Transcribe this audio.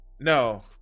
No